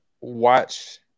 watch